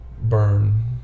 burn